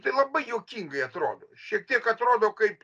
tai labai juokingai atrodo šiek tiek atrodo kaip